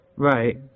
Right